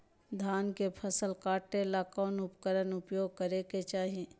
धान के फसल काटे ला कौन उपकरण उपयोग करे के चाही?